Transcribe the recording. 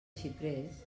xiprers